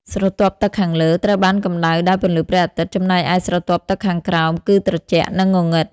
ស្រទាប់ទឹកខាងលើ ត្រូវបានកម្តៅដោយពន្លឺព្រះអាទិត្យ ចំណែកឯស្រទាប់ទឹកខាងក្រោម គឺត្រជាក់ និងងងឹត។